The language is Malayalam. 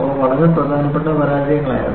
അവ വളരെ പ്രധാനപ്പെട്ട പരാജയങ്ങളായിരുന്നു